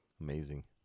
amazing